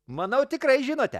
manau tikrai žinote